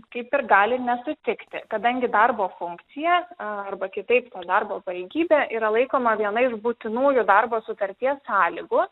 kaip ir gali nesutikti kadangi darbo funkcija arba kitaip to darbo pareigybė yra laikoma viena iš būtinųjų darbo sutarties sąlygų